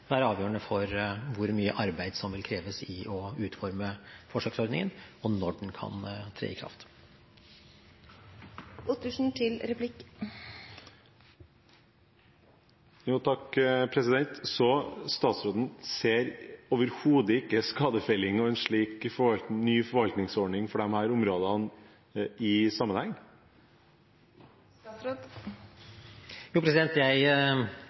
å utforme forsøksordningen, og når den kan tre i kraft. Ser ikke statsråden overhodet skadefelling og en slik ny forvaltningsordning for disse områdene i sammenheng? Jeg ser definitivt dette i sammenheng. Det jeg